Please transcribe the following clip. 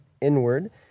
inward